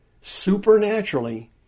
supernaturally